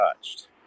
touched